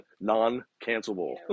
Non-cancelable